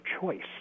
choice